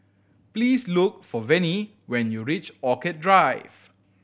please look for Vennie when you reach Orchid Drive